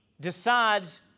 decides